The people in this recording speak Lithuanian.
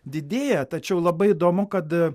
didėja tačiau labai įdomu kad